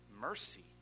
mercy